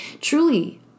truly